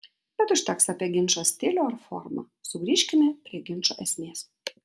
bet užteks apie ginčo stilių ar formą sugrįžkime prie ginčo esmės